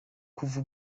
kuva